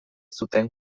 zuten